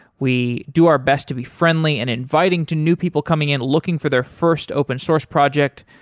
we do our best to be friendly and inviting to new people coming in looking for their first open-source project,